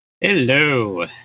Hello